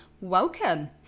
welcome